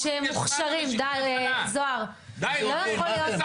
יש מד"א ואיחוד הצלה,